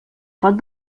pot